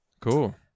Cool